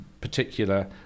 particular